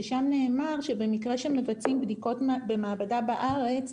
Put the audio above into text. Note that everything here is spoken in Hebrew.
ששם נאמר שבמקרה שמבצעים בדיקות במעבדה בארץ,